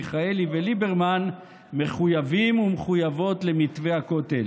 מיכאלי וליברמן מחויבים ומחויבות למתווה הכותל.